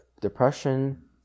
depression